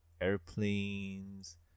airplanes